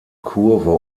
kurve